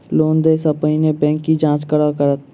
Loan देय सा पहिने बैंक की जाँच करत?